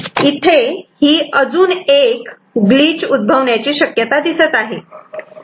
इथे ही अजून एक ग्लिच उद्भवण्याची शक्यता दिसत आहे